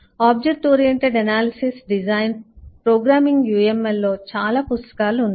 object oriented analysis design programming uml లో చాలా పుస్తకాలు ఉన్నాయి